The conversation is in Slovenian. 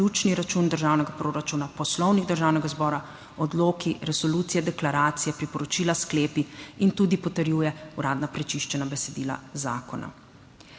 zaključni račun državnega proračuna, Poslovnik Državnega zbora, odloki, resolucije, deklaracije, priporočila, sklepi in tudi potrjuje uradna prečiščena besedila zakona.